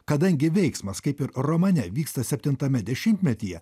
kadangi veiksmas kaip ir romane vyksta septintame dešimtmetyje